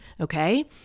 Okay